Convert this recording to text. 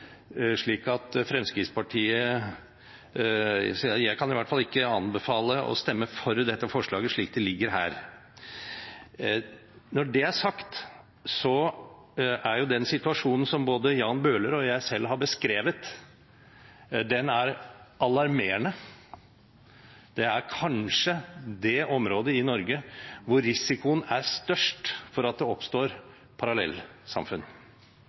slik det ligger her. Når det er sagt, er den situasjonen som både Jan Bøhler og jeg har beskrevet, alarmerende. Dette er kanskje det området i Norge hvor risikoen er størst for at det oppstår parallellsamfunn.